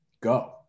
go